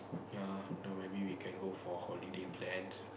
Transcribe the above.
ya no maybe we can go for holiday plans